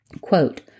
Quote